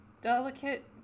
delicate